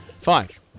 Five